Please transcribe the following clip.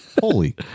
Holy